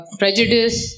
prejudice